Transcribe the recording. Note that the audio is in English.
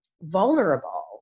vulnerable